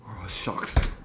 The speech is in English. !wah! shucks